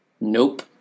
Nope